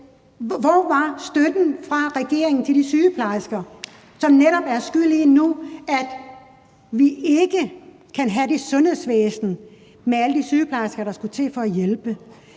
hvor var støtten fra regeringen til de sygeplejersker? Det er netop skyld i nu, at vi ikke kan have det sundhedsvæsen med alle de sygeplejersker, der skal til for at hjælpe.